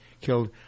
killed